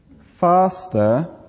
faster